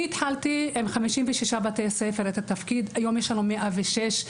אני התחלתי את התפקיד עם 56 בתי ספר והיום יש לנו 106 בתי ספר.